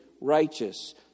righteous